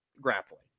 grappling